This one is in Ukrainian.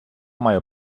маю